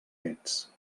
ets